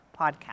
podcast